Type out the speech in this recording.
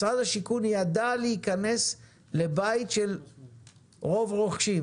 משרד השיכון ידע להיכנס לבית של רוב רוכשים,